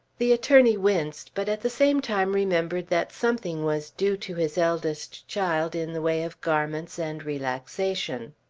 the attorney winced, but at the same time remembered that something was due to his eldest child in the way of garments and relaxation.